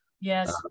yes